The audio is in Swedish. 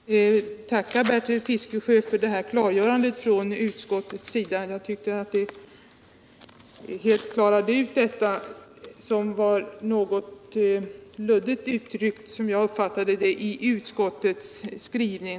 Herr talman! Jag vill tacka Bertil Fiskesjö för detta klargörande från utskottets sida. Det förtydligade den som jag uppfattade det något luddiga skrivningen av utskottet.